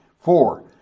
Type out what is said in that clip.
four